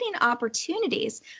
opportunities